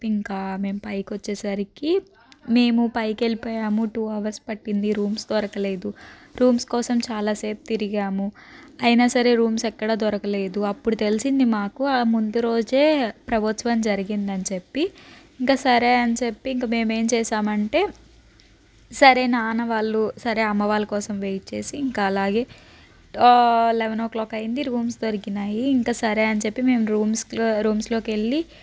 ఇంకా మేము పైకి వచ్చేసరికి మేము పైకి వెళ్ళిపోయాము టు అవర్స్ పట్టింది రూమ్స్ దొరకలేదు రూమ్స్ కోసం చాలా సేపు తిరిగాము అయినా సరే రూమ్స్ ఎక్కడ దొరకలేదు అప్పుడు తెలిసింది మాకు ఆ ముందు రోజే బ్రహ్మోత్సవం జరిగిందని చెప్పి ఇంకా సరే అని చెప్పి ఇంకా మేమేం చేసాము అంటే సరే నాన్న వాళ్ళు సరే అమ్మ వాళ్ళ కోసం వెయిట్ చేసి ఇంకా అలాగే లెవెన్ ఓ క్లాక్ అయింది రూమ్స్ దొరికినాయి ఇంకా సరే అని చెప్పి మేము రూమ్స్ రూమ్స్లోకి వెళ్ళి